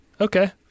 okay